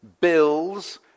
bills